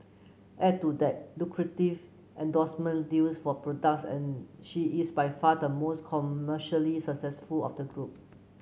add to that lucrative endorsement deals for products and she is by far the most commercially successful of the group